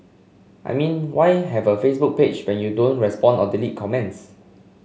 I mean why have a Facebook page when you don't respond or delete comments